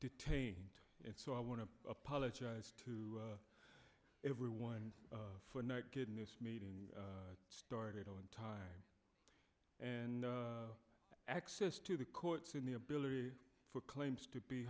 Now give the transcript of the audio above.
detained and so i want to apologize to everyone for not getting this meeting started on time and access to the courts and the ability for claims to be